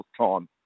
time